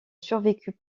survécut